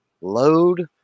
load